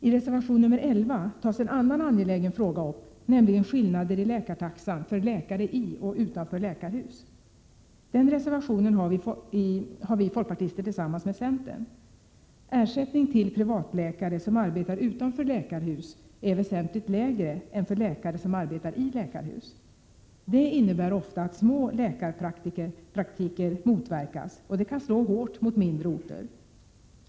I reservation nr 11 tas en annan angelägen fråga upp - frågan om skillnader i läkartaxan för läkare i och utanför läkarhus. Den reservationen har vi folkpartister avgivit tillsammans med centerpartisterna. Ersättning till privatläkare som arbetar utanför läkarhus är väsentligt lägre än för läkare som arbetar i läkarhus. Det innebär ofta att små läkarpraktiker motverkas, och detta kan slå hårt mot mindre orter.